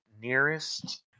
nearest